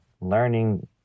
Learning